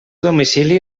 domicili